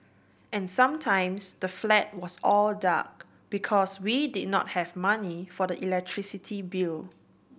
and sometimes the flat was all dark because we did not have money for the electricity bill